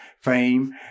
fame